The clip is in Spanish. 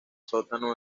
sótano